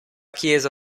chiesa